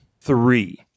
three